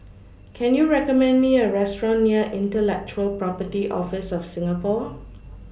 Can YOU recommend Me A Restaurant near Intellectual Property Office of Singapore